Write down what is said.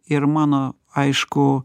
ir mano aišku